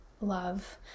love